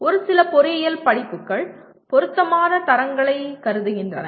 ஒரு சில பொறியியல் படிப்புகள் பொருத்தமான தரங்களைக் கருதுகின்றன